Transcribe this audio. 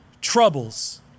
troubles